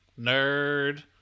nerd